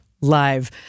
Live